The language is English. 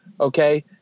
okay